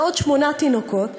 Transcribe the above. ועוד שמונה תינוקות,